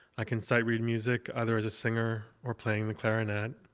i can sight-read music, either as a singer or playing the clarinet.